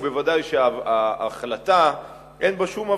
ובוודאי שההחלטה, אין בה שום הבחנה,